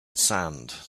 sand